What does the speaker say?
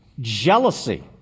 jealousy